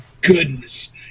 goodness